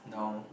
no